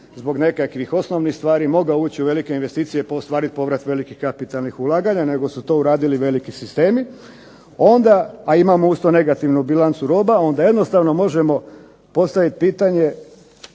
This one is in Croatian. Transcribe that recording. zbog nekakvih osnovnih stvari mogao ući u velike investicije pa ostvarit povrat velikih kapitalnih ulaganja nego su to uradili veliki sistemi, a imamo uz to negativnu bilancu roba, onda jednostavno možemo postavit pitanje